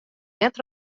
net